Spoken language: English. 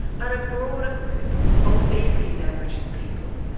but a broader group of fair-skinned aboriginal people,